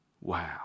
Wow